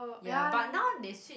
ya but now they switch